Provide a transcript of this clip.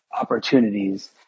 opportunities